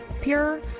pure